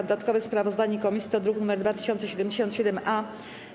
Dodatkowe sprawozdanie komisji to druk nr 2077-A.